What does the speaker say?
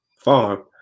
farm